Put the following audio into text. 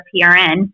PRN